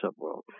subworld